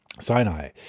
Sinai